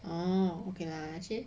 oh okay lah actually